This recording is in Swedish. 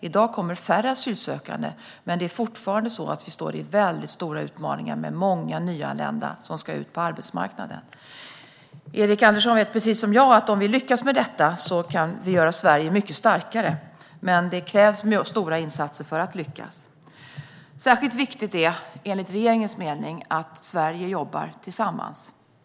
I dag kommer färre asylsökande, men Sverige står fortfarande inför stora utmaningar med många nyanlända som ska ut på arbetsmarknaden. Erik Andersson vet precis som jag att om vi lyckas med detta kan vi göra Sverige mycket starkare, men det krävs stora insatser för att lyckas. Särskilt viktigt är det, enligt regeringens mening, att Sverige jobbar tillsammans.